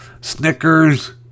Snickers